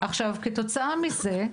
עכשיו, כתוצאה מזה,